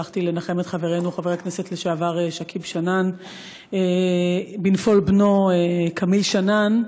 הלכתי לנחם את חברנו חבר הכנסת לשעבר שכיב שנאן בנפול בנו כמיל שנאן,